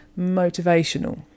motivational